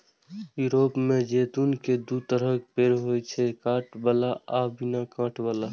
Europe मे जैतून के दू तरहक पेड़ होइ छै, कांट बला आ बिना कांट बला